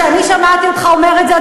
כשאני שמעתי אותך אומר את זה,